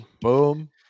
Boom